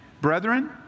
Brethren